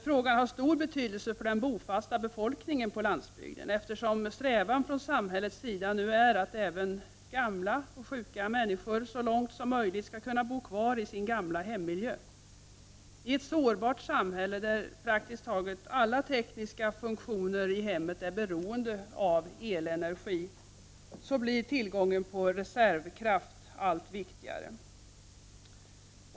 Frågan har stor betydelse för den bofasta befolkningen på landsbygden, eftersom samhällets strävan nu är att även gamla och sjuka människor så långt som möjligt skall kunna bo kvar i sin gamla hemmiljö. I ett sårbart samhälle, där praktiskt taget alla tekniska funktioner är beroende av elenergi, blir tillgången på reservkraft allt viktigare.